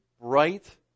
Bright